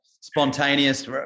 spontaneous